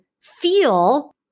feel